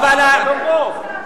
הרב גפני,